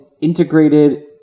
integrated